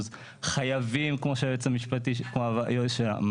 חייבים כמו שהיועץ המשפטי אמר,